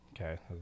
Okay